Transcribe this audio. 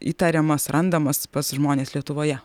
įtariamas randamas pas žmones lietuvoje